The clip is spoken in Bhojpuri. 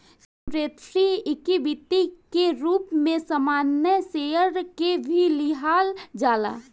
सिक्योरिटी इक्विटी के रूप में सामान्य शेयर के भी लिहल जाला